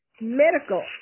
medical